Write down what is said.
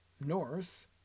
north